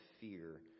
fear